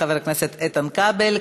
חבר הכנסת איתן כבל.